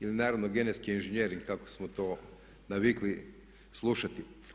Ili naravno genetski inženjering kako smo to navikli slušati.